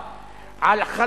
על היעדר תוכניות מיתאר,